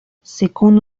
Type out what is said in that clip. secondo